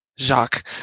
Jacques